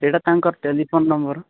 ଏଇଟା ତାଙ୍କର telephone number